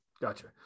gotcha